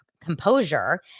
composure